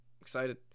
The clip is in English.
Excited